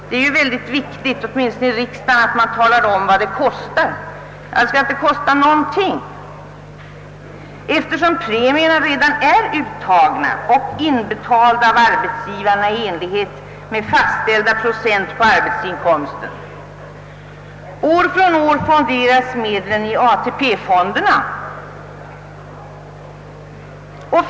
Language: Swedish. Det är ju utomordentligt viktigt åtminstone här i riksdagen att tala om vad det kostar. Det skulle inte kosta någonting, eftersom premierna redan är uttagna och inbetalda av arbetsgivarna med fastställda procent av arbetsinkomsten. År från år fonderas medlen i ATP-systemet.